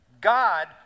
god